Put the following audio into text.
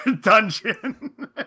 dungeon